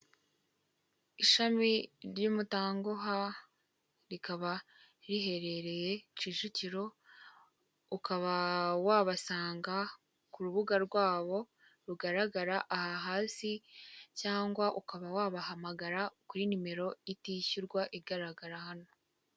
Ishami ry'umutangoha rikaba riherereye Kicukiro ukaba wabasanga ku rubuga rwabo rugaragara aha hasi cyangwa ukaba wabahamagara kuri nimero itishyurwa igaragara hano.